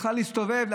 בכלל להסתובב,